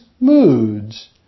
moods